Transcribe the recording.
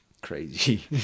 crazy